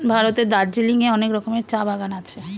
ভারতের দার্জিলিং এ অনেক রকমের চা বাগান আছে